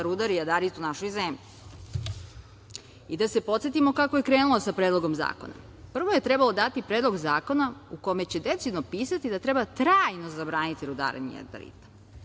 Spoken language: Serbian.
da rudari jadarit u našoj zemlji. Da se posetimo kako je krenulo sa Predlogom zakona. Prvo je trebalo dati Predlog zakona u kome će decidno pisati da treba trajno zabraniti rudarenje jadarita,